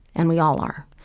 and we all are.